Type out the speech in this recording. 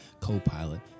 co-pilot